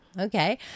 Okay